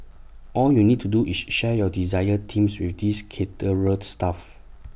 all you need to do is share your desired themes with this caterer's staff